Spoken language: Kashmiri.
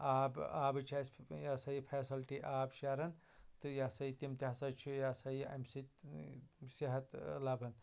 آب آبٕچ چھَ اَسہِ یا سا یہِ فیسلٹی آب شیران تہٕ یا سا یہِ تِم تہِ ہسا چھِ یا سا یہِ اَمہِ سۭتۍ صحت لَبان